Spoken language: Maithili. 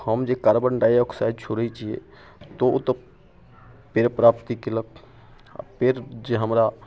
हम जे कार्बन डाइऑक्साइड छोड़ै छियै ओ तऽ पेड़ प्राप्ति केलक आओर पेड़ जे हमरा